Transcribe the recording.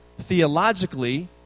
theologically